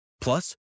Plus